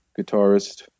guitarist